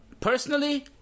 Personally